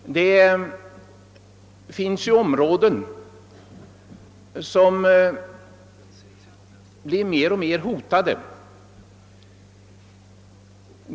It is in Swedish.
Det finns områden som blir mer och mer hotade.